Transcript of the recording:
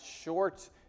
short